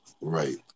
Right